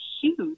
huge